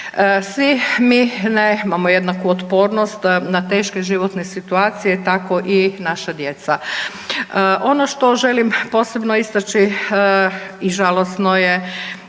Svi mi nemamo jednaku otpornost na teške životne situacije, tako i naša djeca. Ono što želim posebno istaći i žalosno je